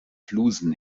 flusen